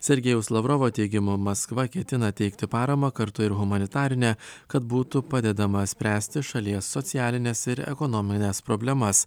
sergejaus lavrovo teigimu maskva ketina teikti paramą kartu ir humanitarinę kad būtų padedama spręsti šalies socialines ir ekonomines problemas